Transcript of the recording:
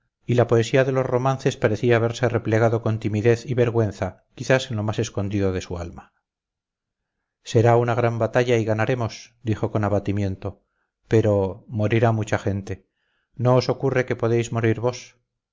y la poesía de los romances parecía haberse replegado con timidez y vergüenza quizás en lo más escondido de su alma será una gran batalla y ganaremos dijo con abatimiento pero morirá mucha gente no os ocurre que podéis morir vos